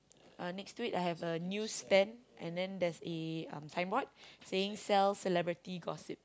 uh next to it I have a newsstand and then there's a um signboard saying sell celebrity gossip